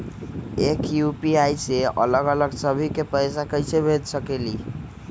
एक यू.पी.आई से अलग अलग सभी के पैसा कईसे भेज सकीले?